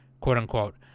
quote-unquote